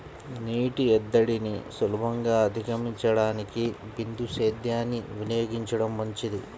నీటి ఎద్దడిని సులభంగా అధిగమించడానికి బిందు సేద్యాన్ని వినియోగించడం మంచిది